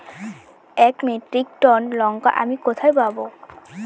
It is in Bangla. এক মেট্রিক টন লঙ্কা আমি কোথায় পাবো?